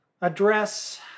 address